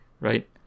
right